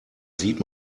sieht